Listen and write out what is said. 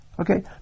Okay